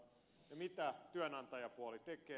mitä työnantajapuoli tekee